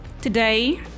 Today